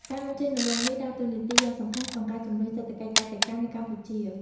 ការនាំចេញដំឡូងមីដើរតួនាទីយ៉ាងសំខាន់ក្នុងការជំរុញសេដ្ឋកិច្ចកសិកម្មនៅកម្ពុជា។